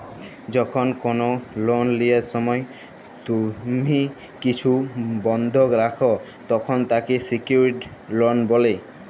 যখল কল লল লিয়ার সময় তুম্হি কিছু বল্ধক রাখ, তখল তাকে সিকিউরড লল ব্যলে